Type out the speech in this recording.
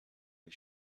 you